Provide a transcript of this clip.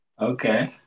Okay